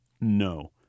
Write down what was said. no